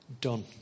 done